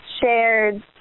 shared